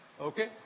Okay